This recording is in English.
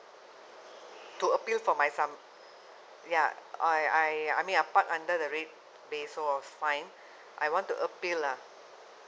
to appeal for my fam~ ya I I I mean I park under the red base so I'm fined I want to appeal lah